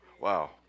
Wow